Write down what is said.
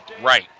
Right